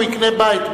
הוא יקנה בית,